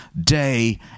day